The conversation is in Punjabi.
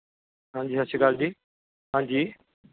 ਹਾਂਜੀ ਸਤਿ ਸ਼੍ਰੀ ਅਕਾਲ ਜੀ ਹਾਂਜੀ